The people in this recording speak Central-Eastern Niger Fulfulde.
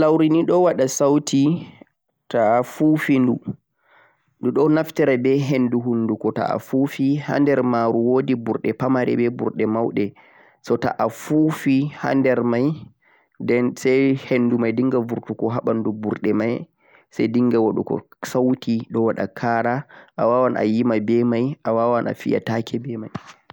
gulwuri nei do wada sauti taa a fuufonu do dhoo naftare be henduu hunduko taa fuufii hander maruu woodi burde pamarei mei burde maude so taa a fuufii hander mei sai hendu mei dinghar burtuuko haa banduu burde mei sai dinghar woodi gho sauti dhoo wada kara awaawan a'yiima be mei waawan a fiiya taakei be mei